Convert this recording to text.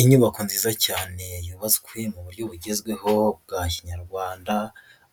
Inyubako nziza cyane yubatswe mu buryo bugezweho bwa kinyarwanda,